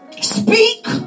speak